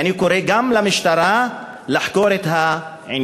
ואני קורא גם למשטרה לחקור את העניין.